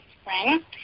spring